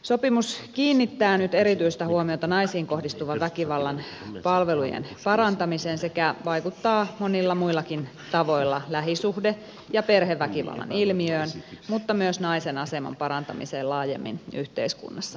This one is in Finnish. sopimus kiinnittää nyt erityistä huomiota naisiin kohdistuvan väkivallan palvelujen parantamiseen sekä vaikuttaa monilla muillakin tavoilla lähisuhde ja perheväkivallan ilmiöön mutta myös naisen aseman parantamiseen laajemmin yhteiskunnassamme